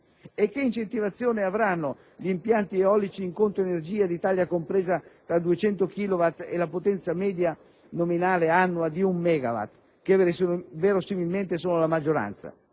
E che incentivazione avranno gli impianti eolici in "conto energia" di taglia compresa tra 200 kilowatt e la potenza nominale media annua di 1 megawatt (che verosimilmente sono la maggioranza)?